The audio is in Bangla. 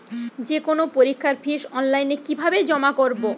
যে কোনো পরীক্ষার ফিস অনলাইনে কিভাবে জমা করব?